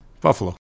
Buffalo